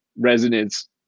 resonance